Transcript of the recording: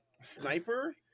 sniper